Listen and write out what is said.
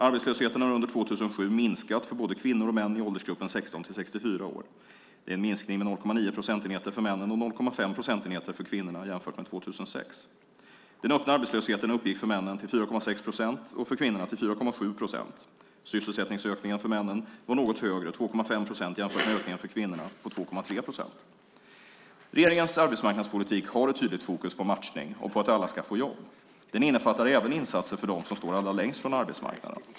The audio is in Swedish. Arbetslösheten har under 2007 minskat för både kvinnor och män i åldersgruppen 16-64 år. Det är en minskning med 0,9 procentenheter för männen och 0,5 procentenheter för kvinnorna jämfört med 2006. Den öppna arbetslösheten uppgick för männen till 4,6 procent och för kvinnorna till 4,7 procent. Sysselsättningsökningen för männen var något högre, 2,5 procent, än ökningen för kvinnorna på 2,3 procent. Regeringens arbetsmarknadspolitik har ett tydligt fokus på matchning och på att alla ska få jobb. Den innefattar även insatser för dem som står allra längst från arbetsmarknaden.